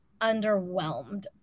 underwhelmed